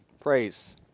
praise